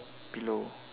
below